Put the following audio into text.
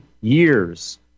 years